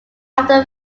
after